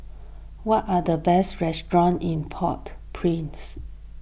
what are the best restaurants in Port Prince